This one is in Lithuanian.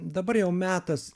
dabar jau metas